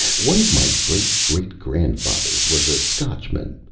one of my great-great-grandfathers was a scotchman,